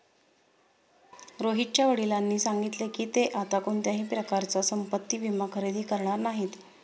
रोहितच्या वडिलांनी सांगितले की, ते आता कोणत्याही प्रकारचा संपत्ति विमा खरेदी करणार नाहीत